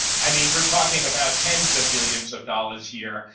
i mean, we're talking about tens of billions of dollars here,